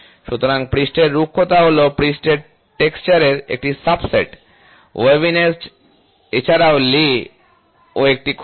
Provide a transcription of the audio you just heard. সুতরাং পৃষ্ঠের রুক্ষতা হলো পৃষ্ঠের টেক্সচার এর একটি সাবসেট ওয়েভিনেস এছাড়াও লে ও একটি খুঁত